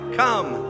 come